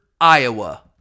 Iowa